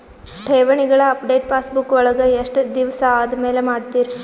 ಠೇವಣಿಗಳ update passbook ವಳಗ ಎಷ್ಟ ದಿವಸ ಆದಮೇಲೆ ಮಾಡ್ತಿರ್?